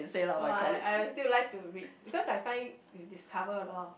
oh I I I would still like to read because I find we discover a lot of